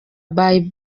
bayi